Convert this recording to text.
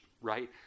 right